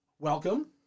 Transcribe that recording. Welcome